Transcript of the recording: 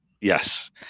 Yes